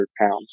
pounds